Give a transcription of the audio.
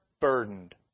burdened